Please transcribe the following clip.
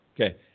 Okay